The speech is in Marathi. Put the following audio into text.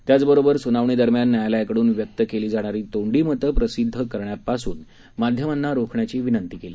त्याचबरोबर सुनावणीदरम्यान न्यायालयाकडून व्यक्त केली जाणारी तोंडी मतं प्रसिद्ध करण्यापासून माध्यमांना रोखण्याची विनंती केली